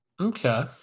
okay